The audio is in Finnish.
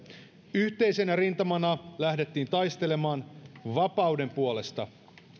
yhteisenä rintamana lähdettiin taistelemaan vapauden puolesta